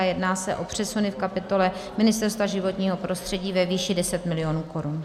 Jedná se o přesuny v kapitole Ministerstva životního prostředí ve výši 10 mil. korun.